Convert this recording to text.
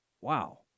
Wow